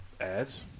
ads